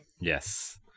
Yes